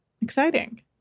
Exciting